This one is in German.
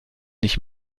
nicht